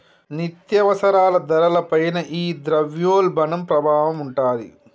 నిత్యావసరాల ధరల పైన ఈ ద్రవ్యోల్బణం ప్రభావం ఉంటాది